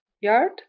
yard